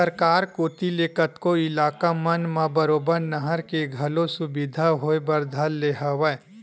सरकार कोती ले कतको इलाका मन म बरोबर नहर के घलो सुबिधा होय बर धर ले हवय